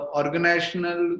organizational